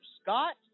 Scott